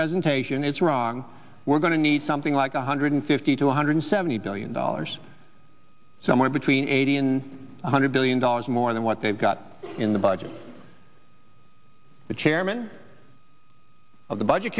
presentation is wrong we're going to need something like one hundred fifty to one hundred seventy billion dollars somewhere between eighty and one hundred billion dollars more than what they've got in the budget the chairman of the budget